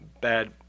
bad